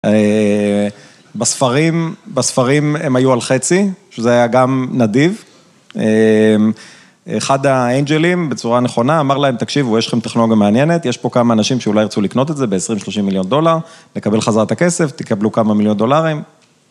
אהה בספרים, בספרים הם היו על חצי, שזה היה גם נדיב, אחד האנג'לים בצורה נכונה אמר להם תקשיבו, יש לכם טכנולוגיה מעניינת, יש פה כמה אנשים שאולי ירצו לקנות את זה ב-20-30 מיליון דולר, לקבל חזרה את הכסף, תקבלו כמה מיליון דולרים.